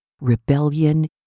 rebellion